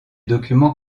documents